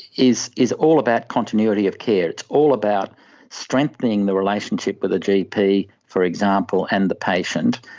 is is all about continuity of care, it's all about strengthening the relationship with a gp, for example, and the patient.